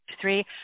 three